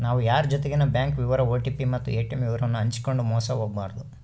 ನಾವು ಯಾರ್ ಜೊತಿಗೆನ ಬ್ಯಾಂಕ್ ವಿವರ ಓ.ಟಿ.ಪಿ ಮತ್ತು ಏ.ಟಿ.ಮ್ ವಿವರವನ್ನು ಹಂಚಿಕಂಡು ಮೋಸ ಹೋಗಬಾರದು